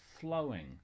flowing